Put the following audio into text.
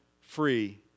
free